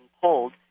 pulled